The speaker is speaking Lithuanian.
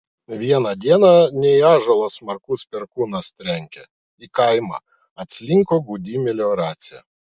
vieną dieną ne į ąžuolą smarkus perkūnas trenkė į kaimą atslinko gūdi melioracija